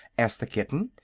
asked the kitten.